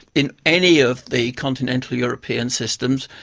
in any of the continental european systems,